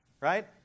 Right